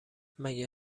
مگه